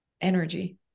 energy